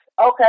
okay